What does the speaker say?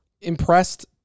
impressed